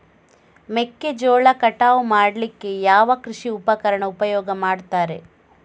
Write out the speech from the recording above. ಮೆಕ್ಕೆಜೋಳ ಕಟಾವು ಮಾಡ್ಲಿಕ್ಕೆ ಯಾವ ಕೃಷಿ ಉಪಕರಣ ಉಪಯೋಗ ಮಾಡ್ತಾರೆ?